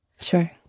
Sure